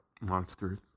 monsters